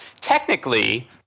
technically